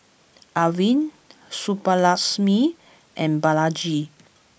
Arvind Subbulakshmi and Balaji